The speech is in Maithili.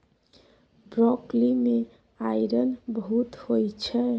ब्रॉकली मे आइरन बहुत होइ छै